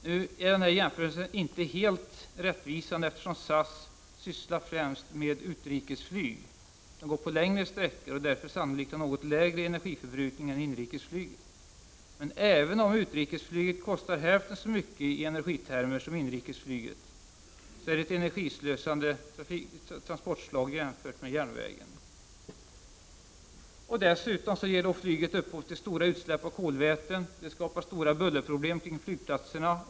Nu är den här jämförelsen inte helt rättvisande, eftersom SAS sysslar främst med utrikesflyg, som går längre sträckor och därför sannoligt har en något lägre energiförbrukning än inrikesflyget. Men även om utrikesflyget kostar hälften så mycket som inrikesflyget i energitermer är det ett energislösande transportslag jämfört med järnvägen. Dessutom ger flyget upphov till stora utsläpp av kolväten, och det skapar stora bullerproblem kring flygplatserna.